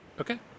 Okay